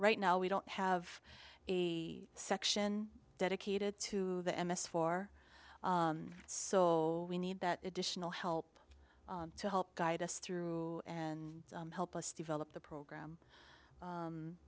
right now we don't have a section dedicated to the m s four so we need that additional help to help guide us through and help us develop the program